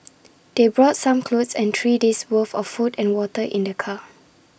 they brought some clothes and three days' worth of food and water in their car